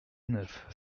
neuf